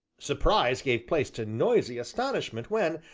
surprise gave place to noisy astonishment when,